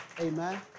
Amen